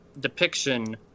depiction